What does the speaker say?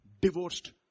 divorced